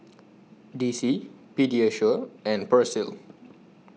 D C Pediasure and Persil